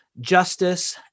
Justice